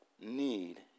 need